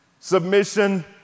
Submission